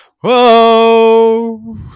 Whoa